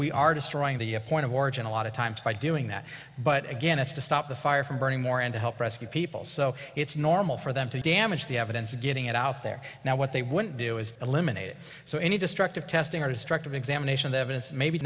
we are destroying the point of origin a lot of times by doing that but again it's to stop the fire from burning more and to help rescue people so it's normal for them to damage the evidence getting it out there now what they would do is eliminate it so any destructive testing or destructive examination the evidence may be